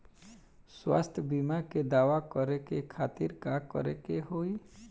स्वास्थ्य बीमा के दावा करे के खातिर का करे के होई?